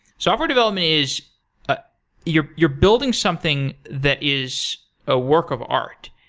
software development is ah you're you're building something that is a work of art.